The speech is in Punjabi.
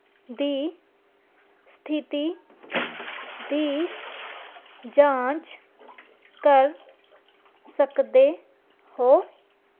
ਦੀ ਸਥਿਤੀ ਦੀ ਜਾਂਚ ਕਰ ਸਕਦੇ ਹੋ